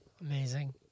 Amazing